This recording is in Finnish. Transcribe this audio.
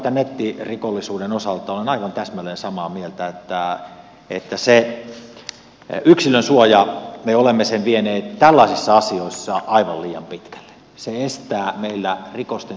vaikkapa nettirikollisuuden osalta olen aivan täsmälleen samaa mieltä että sen yksilönsuojan me olemme vieneet tällaisissa asioissa aivan liian pitkälle se estää meillä rikosten selvittämisen